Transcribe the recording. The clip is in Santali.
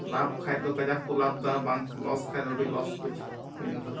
ᱞᱟᱵᱷ ᱠᱷᱟᱱ ᱫᱚ ᱠᱟᱡᱟᱠ ᱠᱚ ᱞᱟᱵᱷ ᱮᱫᱟ ᱞᱚᱥ ᱠᱷᱟᱱ ᱫᱚ ᱟᱹᱰᱤ ᱞᱚᱥ ᱠᱚ ᱧᱩᱨᱦᱟᱹᱜᱼᱟ